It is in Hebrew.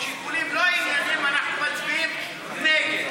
משיקולים לא ענייניים אנחנו מצביעים נגד.